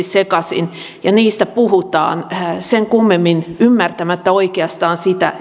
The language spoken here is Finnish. sekaisin ja niistä puhutaan sen kummemmin ymmärtämättä oikeastaan sitä